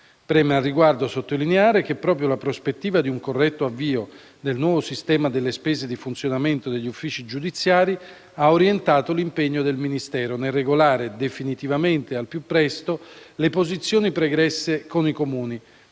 Preme, al riguardo, sottolineare che proprio la prospettiva di un corretto avvio del nuovo sistema delle spese di funzionamento degli uffici giudiziari ha orientato l'impegno del Ministero nel regolare, definitivamente e al più presto, le posizioni pregresse con i Comuni,